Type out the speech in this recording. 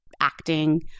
acting